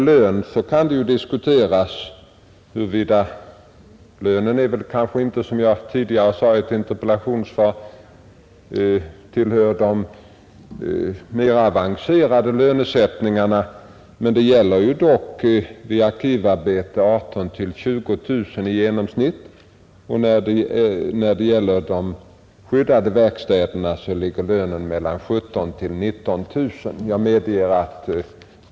Lönen kan ju diskuteras. Som jag sade tidigare i ett interpellationssvar är väl inte lönesättningen här särskilt avancerad. För en arkivarbetare är årslönen dock 18 000 — 20 000 kronor i genomsnitt, och i de skyddade verkstäderna ligger lönen mellan 17 000 och 19 000 kronor.